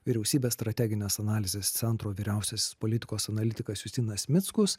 vyriausybės strateginės analizės centro vyriausias politikos analitikas justinas mickus